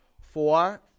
four